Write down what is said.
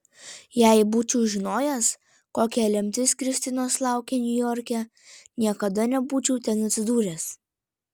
jei būčiau žinojęs kokia lemtis kristinos laukia niujorke niekada nebūčiau ten atsidūręs